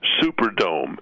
Superdome